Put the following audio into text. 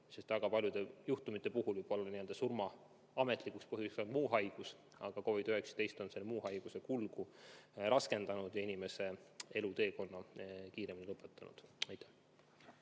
sest väga paljude juhtumite puhul võib olla surma ametlikuks põhjuseks muu haigus, aga COVID‑19 on selle muu haiguse kulgu raskendanud ja inimese eluteekonna kiiremini lõpetanud.